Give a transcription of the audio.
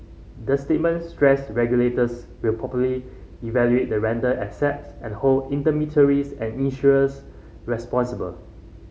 the statement stressed regulators will properly evaluate the rental assets and hold intermediaries and issuers responsible